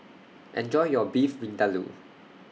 Enjoy your Beef Vindaloo